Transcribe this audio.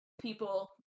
people